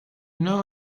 know